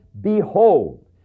Behold